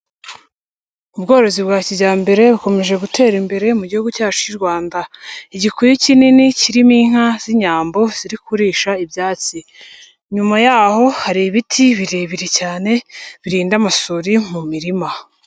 Ubworozi bwa kijyambere bukomeje gutera imbere mu gihugu cyacu cy'u Rwanda, igikuyu kinini kirimo inka z'Inyambo ziri kurisha ibyatsi, inyuma yaho hari ibiti birebire cyane birinda amasuri mu mirima.